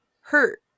hurt